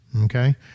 Okay